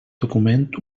document